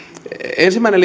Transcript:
ensimmäinen